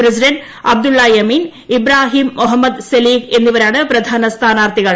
president Abdulla Yameen Ibrahim Mohamed Solih എന്നിവരാണ് പ്രധാനസ്ഥാനാർത്ഥികൾ